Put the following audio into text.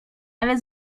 ale